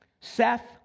Seth